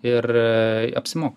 ir apsimoka